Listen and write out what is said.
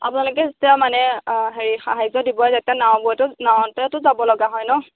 আপোনালোকে যেতিয়া মানে হেৰি সাহায্য দিব যেতিয়া নাও বইতো নাৱতেতো যাব লগা হয় ন